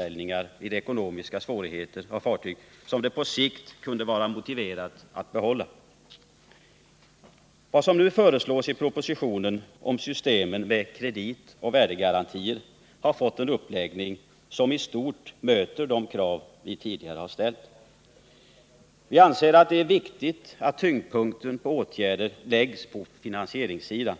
svårigheter undvika panikförsäljningar av fartyg, som det på sikt kunde vara motiverat att behålla. Vad som nu föreslås i propositionen om systemen med kredit och värdegarantier har fått en uppläggning, som i stort möter de krav som vi tidigare har ställt. Vi anser att det är viktigt att när det gäller åtgärder tyngdpunkten läggs på finansieringssidan.